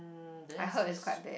hmm there's this